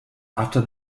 after